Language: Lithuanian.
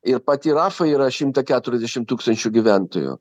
ir pati rafa yra šimtą keturiasdešimt tūkstančių gyventojų